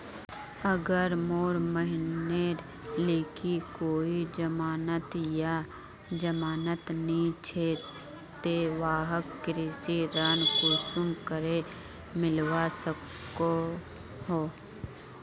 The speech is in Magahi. अगर मोर बहिनेर लिकी कोई जमानत या जमानत नि छे ते वाहक कृषि ऋण कुंसम करे मिलवा सको हो?